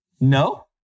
No